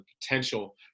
potential